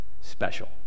special